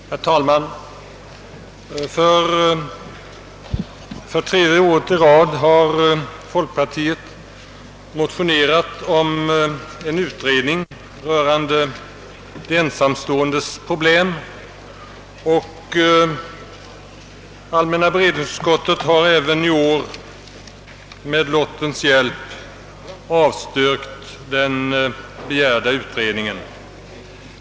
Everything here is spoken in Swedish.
Herr talman! För tredje året i rad har folkpartiet motionerat om en utredning rörande de ensamståendes problem, och allmänna beredningsutskottet har även i år med lottens hjälp avstyrkt den begärda utredningen.